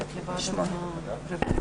זאת לא הייתה המטרה